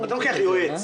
אתה לוקח יועץ,